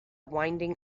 winding